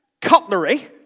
cutlery